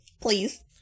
please